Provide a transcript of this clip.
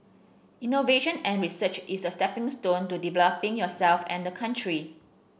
innovation and research is a stepping stone to developing yourself and the country